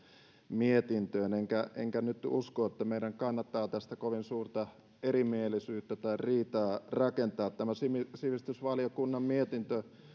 mietintöön enkä enkä nyt usko että meidän kannattaa tästä kovin suurta erimielisyyttä tai riitaa rakentaa tämä sivistysvaliokunnan mietintö